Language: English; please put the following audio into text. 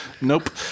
Nope